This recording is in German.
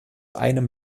einem